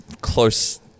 close